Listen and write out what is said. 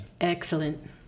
Excellent